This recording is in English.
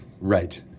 right